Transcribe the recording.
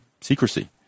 secrecy